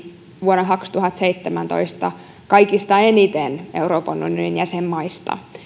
vuonna kaksituhattaseitsemäntoista kaikista eniten euroopan unionin jäsenmaista